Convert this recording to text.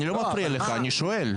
אני לא מפריע לך, אני שואל.